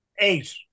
eight